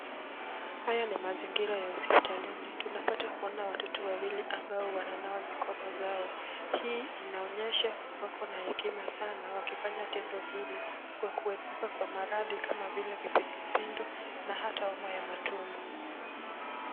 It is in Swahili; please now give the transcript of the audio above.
Haya ni mazingira ya hospitalini. Tunapata kuona watoto wawili ambao wananawa mikono zao. Hii inaonyesha wakona hekima sana wakifanya tendo hili kwa kuepuka kwa maradhi kama vile kipindupindu ama hata homa ya matumbo.